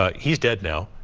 ah he is dead now.